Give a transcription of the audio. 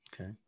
Okay